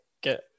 get